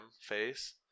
face